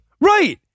Right